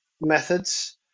methods